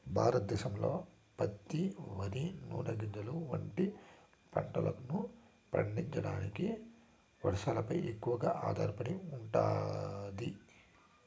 భారతదేశంలో పత్తి, వరి, నూనె గింజలు వంటి పంటలను పండించడానికి వర్షాలపై ఎక్కువగా ఆధారపడి ఉంటాది